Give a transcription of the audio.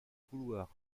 couloirs